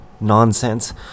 nonsense